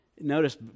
Notice